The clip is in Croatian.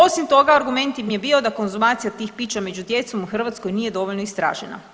Osim toga argument im je bio da konzumacija tih pića među djecom u Hrvatskoj nije dovoljno istražena.